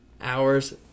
hours